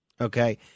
Okay